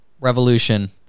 revolution